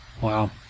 Wow